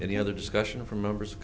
any other discussion from members